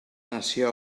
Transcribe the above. nació